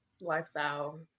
Lifestyle